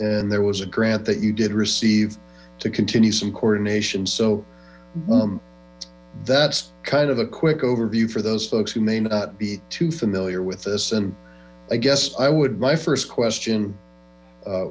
and there was a grant that you did receive to continue some coordination so that's kind of a quick overview for those folks who may not be too familiar with this and i guess i would my first question